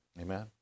Amen